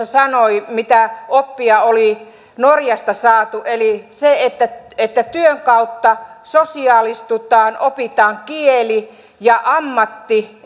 sanoi siitä mitä oppia oli norjasta saatu eli sitä että työn kautta sosiaalistutaan opitaan kieli ja ammatti